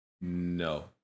No